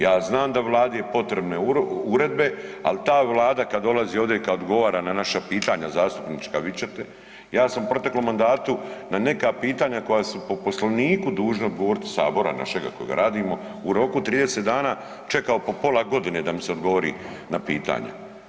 Ja znam da vladi je potrebne uredbe, al ta vlada kad dolazi ovdje i kad odgovara na naša pitanja zastupnička, vidit ćete, ja sam u proteklom mandatu na neka pitanja koja su po Poslovniku dužni odgovoriti, sabora našega kojega radimo, u roku 30 čekao po pola godine da mi se odgovori na pitanja.